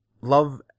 love